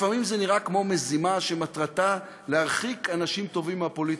לפעמים זה נראה כמו מזימה שמטרתה להרחיק אנשים טובים מהפוליטיקה.